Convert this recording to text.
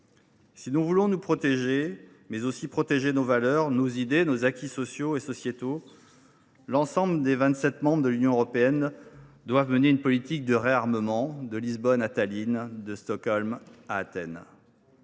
Si nous voulons nous protéger, mais aussi protéger nos valeurs, nos idées, nos acquis sociaux et sociétaux, l’ensemble des vingt sept membres de l’Union européenne doivent mener une politique de réarmement, de Lisbonne à Tallinn, de Stockholm à Athènes.